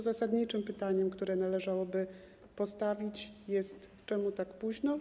Zasadniczym pytaniem, które należałoby postawić, jest: Czemu tak późno?